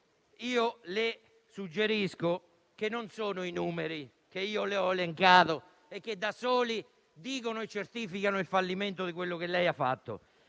le suggerisco che non sono i numeri che io ho elencato, che da soli dicono e certificano il fallimento di quanto lei ha fatto;